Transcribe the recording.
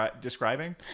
describing